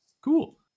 cool